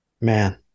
Man